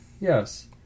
Yes